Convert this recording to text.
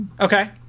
Okay